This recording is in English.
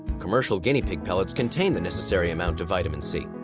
commercial guinea pig pellets contain the necessary amount of um and c.